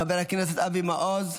חבר הכנסת אבי מעוז,